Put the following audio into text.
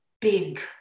big